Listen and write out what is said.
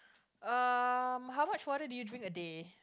uh how much water did you drink a day